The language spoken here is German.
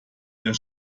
der